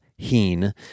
Heen